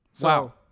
Wow